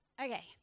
Okay